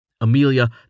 Amelia